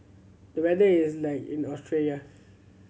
the weather is like in Australia